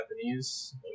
Japanese